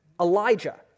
Elijah